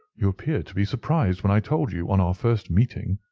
you appeared to be surprised when i told you, on our first meeting,